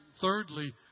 thirdly